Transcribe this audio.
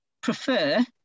prefer